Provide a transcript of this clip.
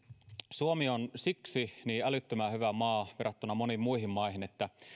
suomi on siksi niin älyttömän hyvä maa verrattuna moniin muihin maihin että